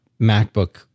MacBook